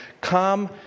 come